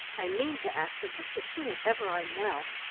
i mean to ask her just as soon as ever i'm well.